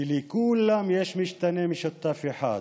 שלכולם יש מכנה משותף אחד,